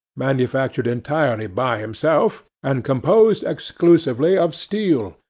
manufactured entirely by himself, and composed exclusively of steel,